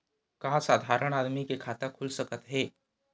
का साधारण आदमी के खाता खुल सकत हे?